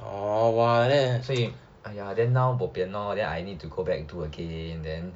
所以 !aiya! then now bo pian lor then I need to go back to do again then